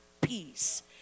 peace